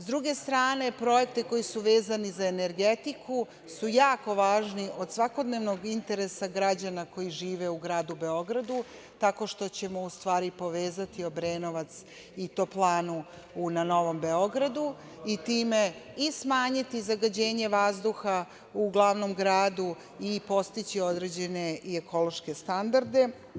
S druge strane, projekte koji su vezani za energetiku su jako važni od svakodnevnog interesa građana koji žive u gradu Beogradu, tako što ćemo ustvari povezati Obrenovac i toplanu na Novom Beogradu, i time i smanjiti zagađenje vazduha u glavnom gradu i postići određene i ekološke standarde.